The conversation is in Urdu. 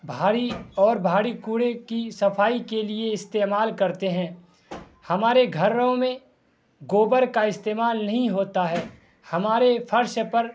بھاری اور بھاری کوڑے کی صفائی کے لیے استعمال کرتے ہیں ہمارے گھروں میں گوبر کا استعمال نہیں ہوتا ہے ہمارے فرش پر